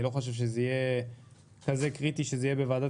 אני לא חושב שזה יהיה קריטי שזה יהיה בוועדת